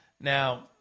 Now